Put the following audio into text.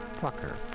pucker